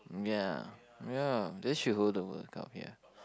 ya ya they should hold the World Cup here